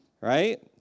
Right